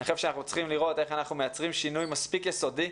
אני חושב שאנחנו צריכים לראות איך אנחנו מייצרים שינוי מספיק יסודי,